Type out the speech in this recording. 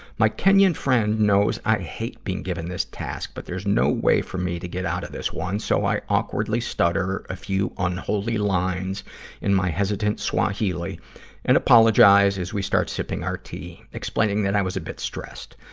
my kenyan friend knows i hate being given this task, but there's no way for me to get out of this one, so i awkwardly stutter a few unholy lines in my hesitant swahili and apologize as we start sipping our tea, explaining that i was a bit stressed.